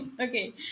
okay